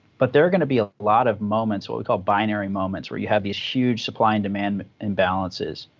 but there are going to be a lot of moments, what we call binary moments, where you have these huge supply and demand imbalances.